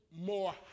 more